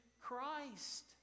Christ